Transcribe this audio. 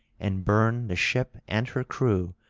and burn the ship and her crew,